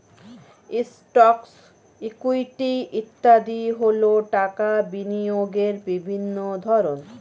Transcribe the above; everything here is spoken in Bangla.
স্টকস, ইকুইটি ইত্যাদি হল টাকা বিনিয়োগের বিভিন্ন ধরন